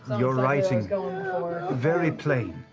your writing very plain.